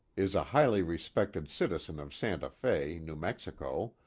is a highly respected citizen of santa fe, new mexico,